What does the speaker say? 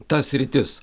tas sritis